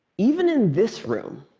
even in this room,